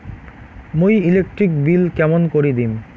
মুই electric bill কেমন করি দিম?